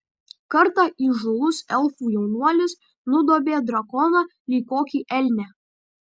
kartą įžūlus elfų jaunuolis nudobė drakoną lyg kokį elnią